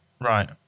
Right